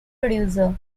producer